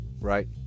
right